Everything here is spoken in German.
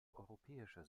europäischer